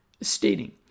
stating